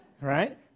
right